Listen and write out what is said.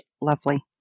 lovely